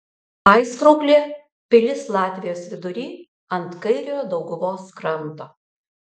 aizkrauklė pilis latvijos vidury ant kairiojo dauguvos kranto